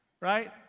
Right